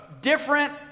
different